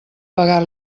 pegar